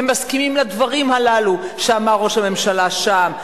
הם מסכימים לדברים הללו שאמר ראש הממשלה שם.